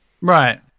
Right